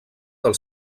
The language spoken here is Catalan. del